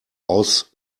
aus